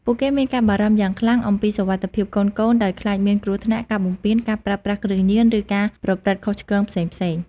ពួកគេមានការបារម្ភយ៉ាងខ្លាំងអំពីសុវត្ថិភាពកូនៗ ដោយខ្លាចមានគ្រោះថ្នាក់ ការបំពាន ការប្រើប្រាស់គ្រឿងញៀន ឬការប្រព្រឹត្តខុសឆ្គងផ្សេងៗ ។